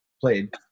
played